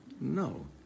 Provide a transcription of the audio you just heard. No